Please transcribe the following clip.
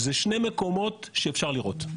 זה שני מקומות שאפשר לראות.